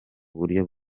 buryo